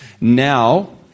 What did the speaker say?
now